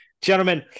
Gentlemen